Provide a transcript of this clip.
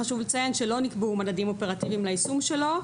חשוב לציין שלא נקבעו מדדים אופרטיביים ליישום שלו,